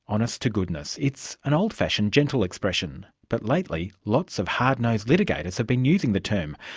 honest to goodness. it's an old-fashioned, gentle expression, but lately lots of hard-nosed litigators have been using the term.